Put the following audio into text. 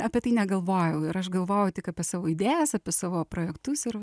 apie tai negalvojau ir aš galvojau tik apie savo idėjas apie savo projektus ir